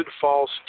false